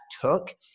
took